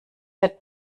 der